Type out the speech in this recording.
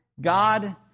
God